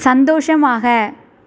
சந்தோஷமாக